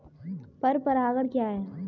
पर परागण क्या है?